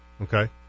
Okay